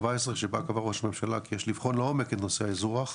שבו קבע ראש הממשלה כי יש לבחון לעומק את נושא האזרוח,